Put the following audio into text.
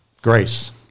Grace